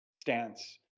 stance